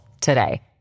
today